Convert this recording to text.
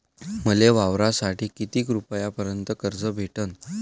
मले वावरासाठी किती रुपयापर्यंत कर्ज भेटन?